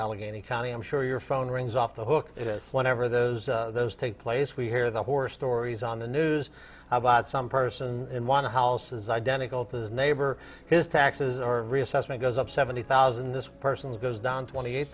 allegheny county i'm sure your phone rings off the hook whenever those those take place we hear the horror stories on the news i bought some person in one house is identical to the neighbor his taxes are reassessment goes up seventy thousand this person's goes down twenty eight